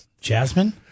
Jasmine